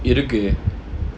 எதுக்கு:ethukku